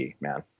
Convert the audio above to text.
man